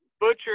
butcher